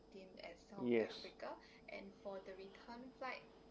yes